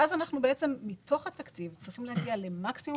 ואז מתוך התקציב אנחנו צריכים להגיע למקסימום